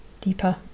deeper